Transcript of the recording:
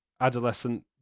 adolescent